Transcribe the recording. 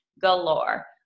galore